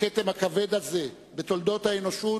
הכתם הכבד הזה בתולדות האנושות,